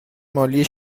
مالی